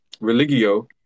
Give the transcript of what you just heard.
religio